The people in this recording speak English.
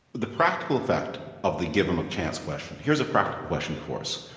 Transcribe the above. the practical effect of the, give him a chance, question here's a practical question before us,